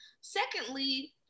Secondly